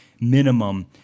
minimum